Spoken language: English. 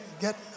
get